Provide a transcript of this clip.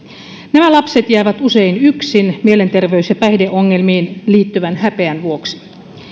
nämä lapset jäävät usein yksin mielenterveys ja päihdeongelmiin liittyvän häpeän vuoksi